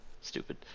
stupid